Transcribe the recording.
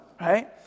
Right